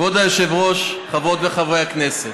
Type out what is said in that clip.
היושב-ראש, חברות וחברי הכנסת,